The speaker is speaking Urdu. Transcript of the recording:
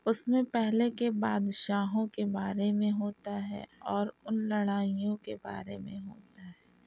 اس میں پہلے کے بادشاہوں کے بارے میں ہوتا ہے اور ان لڑائیوں کے بارے میں ہوتا ہے